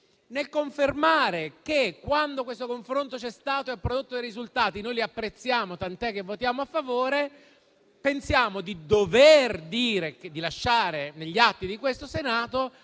nel confermare che, quando questo confronto c'è stato e ha prodotto dei risultati, noi li apprezziamo, tant'è che votiamo a favore dell'articolo 4, pensiamo di dover lasciare agli atti di questo Senato